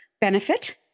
benefit